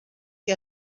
que